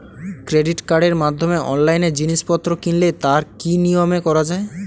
Credit কার্ডের মাধ্যমে অনলাইনে জিনিসপত্র কিনলে তার কি নিয়মে করা যায়?